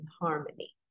harmony